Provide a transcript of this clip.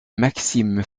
maxime